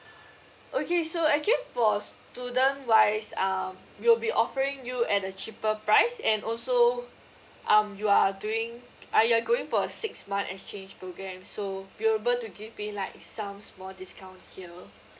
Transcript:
okay so actually for student wise um we'll be offering you at a cheaper price and also um you are doing uh you're going for a six month exchange program so we'll be able to give you like some small discount here